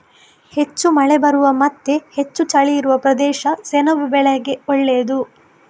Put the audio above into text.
ಹೆಚ್ಚು ಮಳೆ ಬರುವ ಮತ್ತೆ ಹೆಚ್ಚು ಚಳಿ ಇರುವ ಪ್ರದೇಶ ಸೆಣಬು ಬೆಳೆಗೆ ಒಳ್ಳೇದು